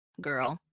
girl